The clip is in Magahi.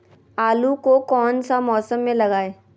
आलू को कौन सा मौसम में लगाए?